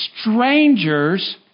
strangers